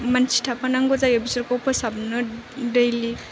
मानसि थाफानांगौ जायो बिसोरखौ फोसाबनो दैलि